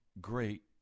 great